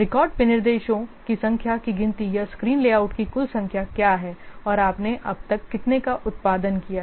record विनिर्देशों की संख्या की गिनती या स्क्रीन लेआउट की कुल संख्या क्या है और आपने अब तक कितने का उत्पादन किया है